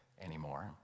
anymore